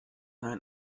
ein